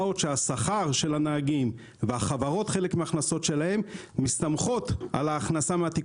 מה עוד שהשכר של הנהגים וגם חלק מההכנסות של החברות מגיע מהתיקופים.